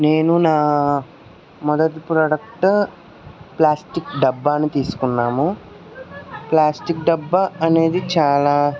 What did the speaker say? నేను నా మొదటి ప్రాడక్ట్ ప్లాస్టిక్ డబ్బాను తీసుకున్నాము ప్లాస్టిక్ డబ్బా అనేది చాలా